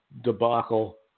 debacle